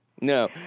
No